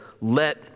let